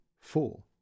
four